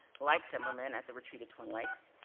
like zimmerman, at the retreat at twin lakes,